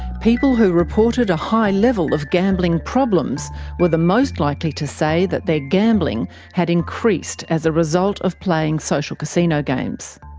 people who reported a high level of gambling problems were the most likely to say that their gambling had increased as a result of playing social casino games.